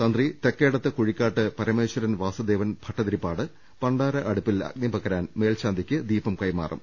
തന്ത്രി തെക്കേടത്ത് കുഴിക്കാട്ട് പരമേശ്വരൻ വാസുദേവൻ ഭട്ടതിരിപ്പാട് പണ്ടാരഅടുപ്പിൽ അഗ്നിപകരാൻ മേൽശാ ന്തിക്ക് ദീപം കൈമാറും